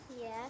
Yes